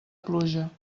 pluja